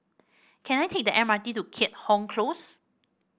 can I take the M R T to Keat Hong Close